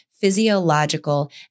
physiological